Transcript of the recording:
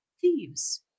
thieves